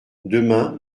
demain